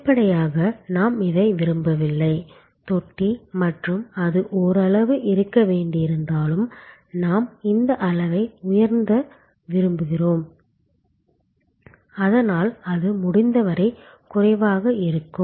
வெளிப்படையாக நாம் இதை விரும்பவில்லை தொட்டி மற்றும் அது ஓரளவு இருக்க வேண்டியிருந்தாலும் நாம் இந்த அளவை உயர்த்த விரும்புகிறோம் அதனால் அது முடிந்தவரை குறைவாக இருக்கும்